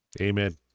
Amen